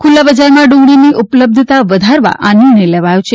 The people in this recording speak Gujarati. ખુલ્લા બજારમાં ડુંગળીની ઉપલબ્ધતા વધારવા આ નિર્ણય લેવામાં આવ્યો છે